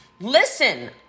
Listen